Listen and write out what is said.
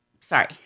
Sorry